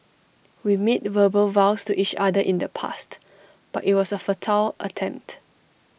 we made verbal vows to each other in the past but IT was A futile attempt